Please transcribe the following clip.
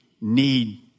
need